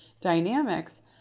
dynamics